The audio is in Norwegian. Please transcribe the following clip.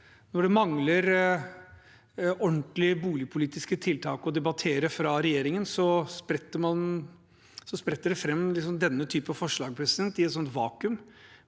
når det mangler ordentlige boligpolitiske tiltak å debattere fra regjeringen, spretter denne typen forslag fram, i et slikt vakuum.